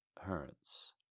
hurts